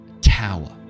tower